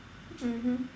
mmhmm